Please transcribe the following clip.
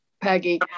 Peggy